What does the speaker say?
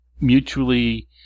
mutually –